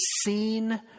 seen